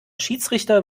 schiedsrichter